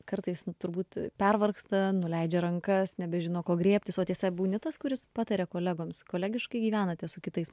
kartais turbūt pervargsta nuleidžia rankas nebežino ko griebtis o tiesa būni tas kuris pataria kolegoms kolegiškai gyvenate su kitais